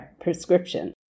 prescription